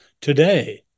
today